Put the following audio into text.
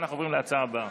אנחנו עוברים להצעה הבאה.